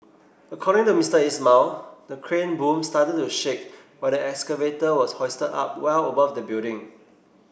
according to Mister Ismail the crane boom started to shake when the excavator was hoisted up well above the building